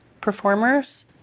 performers